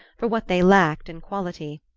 for what they lacked in quality.